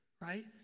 right